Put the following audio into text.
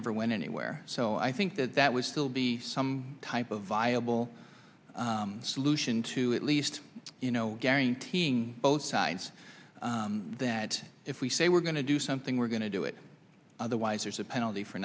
never went anywhere so i think that it was still be some type of viable solution to at least you know guaranteeing both sides that if we say we're going to do something we're going to do it otherwise there's a penalty for